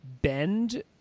bend